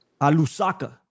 Alusaka